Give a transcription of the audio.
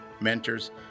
mentors